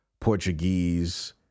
Portuguese